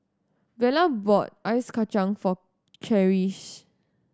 Vela bought Ice Kachang for Charisse